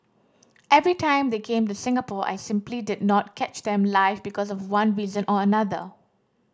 every time they came to Singapore I simply did not catch them live because of one reason or another